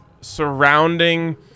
surrounding